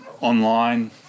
online